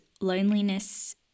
loneliness